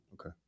Okay